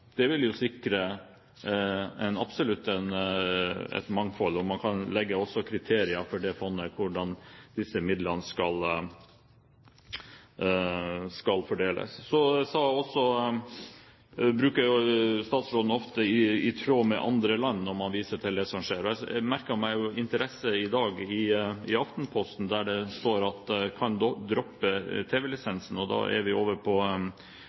Det vil jo absolutt sikre et mangfold, og man kan også legge kriterier for fondet for hvordan disse midlene skal fordeles. Så bruker statsråden ofte uttrykket «i tråd med andre land» når hun viser til det som skjer. Jeg merket meg med interesse at det i Aftenposten i dag står at man kan «droppe TV-lisensen» – da er vi over på